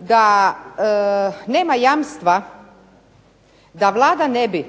da nema jamstva da Vlada ne bi